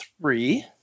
three